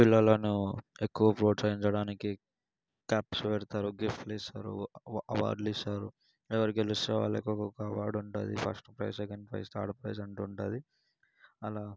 పిల్లలను ఎక్కువ ప్రోత్సహించడానికి క్యాప్స్ పెడతారు గిఫ్ట్లు ఇస్తారు అవా అవార్డ్లు ఇస్తారు ఎవరు గెలిస్తే వాళ్ళకి ఒక్కొక్క అవార్డ్ ఉంటుంది first prize second prize third prize అంటూ ఉంటుంది అలా